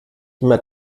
immer